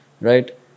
Right